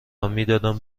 میدادم